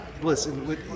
listen